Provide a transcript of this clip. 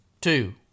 two